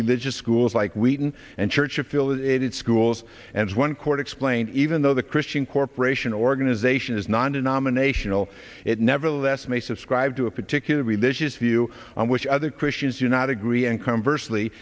religious schools like wheaton and church affiliated schools and one court explained even though the christian corporation organization is non denominational it nevertheless may subscribe to a particular religious view which other christians do not agree and conversely